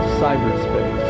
cyberspace